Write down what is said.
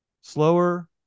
slower